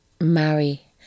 marry